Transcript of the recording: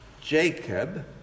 Jacob